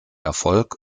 erfolg